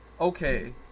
okay